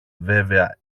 βέβαια